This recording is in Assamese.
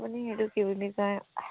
আপুনি সেইটো কি বুলি কয়